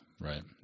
right